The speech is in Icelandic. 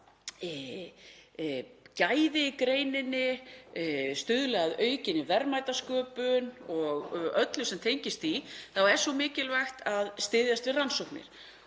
gæði í greininni, stuðla að aukinni verðmætasköpun og öllu sem tengist því, þá er svo mikilvægt að styðjast við rannsóknir.